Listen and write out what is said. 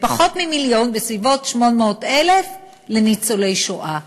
ופחות ממיליון, בסביבות 800,000, לניצולי שואה.